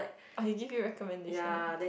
or he give you recommendation ah